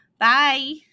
bye